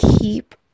keep